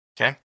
Okay